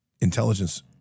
intelligence